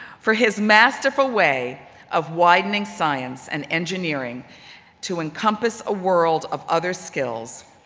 for his masterful way of widening science and engineering to encompass a world of other skills,